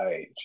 age